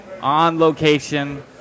on-location